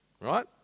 Right